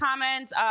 comments